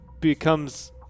becomes